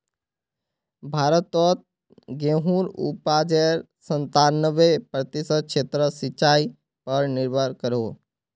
भारतोत गेहुंर उपाजेर संतानबे प्रतिशत क्षेत्र सिंचाई पर निर्भर करोह